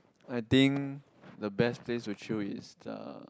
I think the best place to chill is the